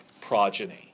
progeny